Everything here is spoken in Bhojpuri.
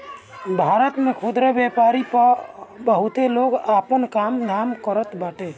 भारत में खुदरा व्यापार पअ बहुते लोग आपन काम धाम करत बाटे